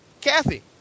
Kathy